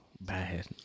bad